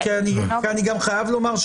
כי אני גם חייב לומר,